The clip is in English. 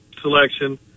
selection